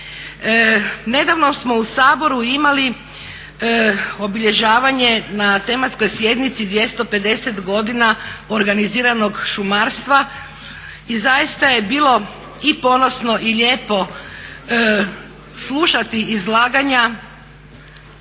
Nedavno smo u Saboru imali obilježavanje na tematskoj sjednici 250 godina organiziranog šumarstva i zaista je bilo i ponosno i lijepo slušati izlaganja,